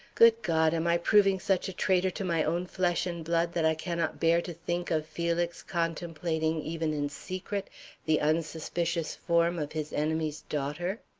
good god! am i proving such a traitor to my own flesh and blood that i cannot bear to think of felix contemplating even in secret the unsuspicious form of his enemy's daughter?